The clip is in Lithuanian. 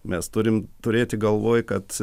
mes turim turėti galvoj kad